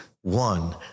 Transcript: one